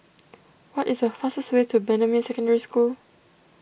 what is the fastest way to Bendemeer Secondary School